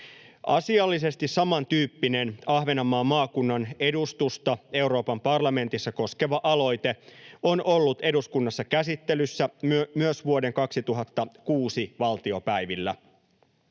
Asiallisesti samantyyppinen Ahvenanmaan maakunnan edustusta Euroopan parlamentissa koskeva aloite on ollut eduskunnassa käsittelyssä myös vuoden 2006 valtiopäivillä.